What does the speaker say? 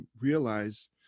realize